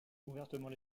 ouvertement